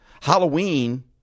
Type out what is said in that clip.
Halloween